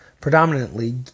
predominantly